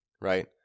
right